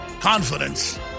confidence